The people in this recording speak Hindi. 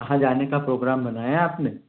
कहाँ जाने का प्रोग्राम बनाया आपने